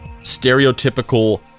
stereotypical